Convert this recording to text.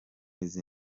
izi